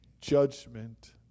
judgment